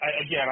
again